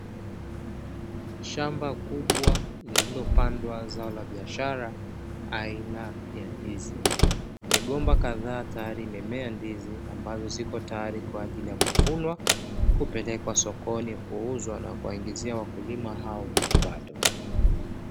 Shamba kubwa lililopandwa zao la biashara aina ya ndizi. Migomba kadhaa tayari imemea ndizi ambazo ziko tayari kwa ajili ya kuvunwa, kupelekwa sokoni kuuzwa na kuwaingizia wakulima hao kipato.